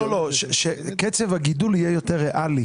לא, שקצב הגידול יהיה יותר ריאלי